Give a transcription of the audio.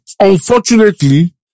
unfortunately